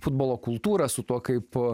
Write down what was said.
futbolo kultūra su tuo kaip